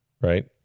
right